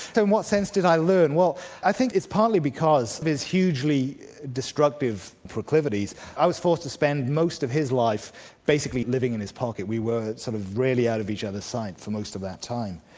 so in what sense did i learn? well i think it's partly because his hugely destructive proclivities i was forced to spend most of his life basically living in his pocket, we were sort of rarely out of each other's sight for most of our time.